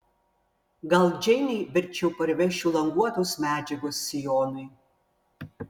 gal džeinei verčiau parvešiu languotos medžiagos sijonui